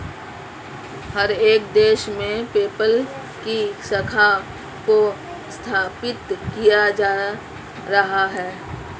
हर एक देश में पेपल की शाखा को स्थापित किया जा रहा है